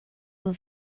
will